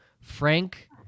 Frank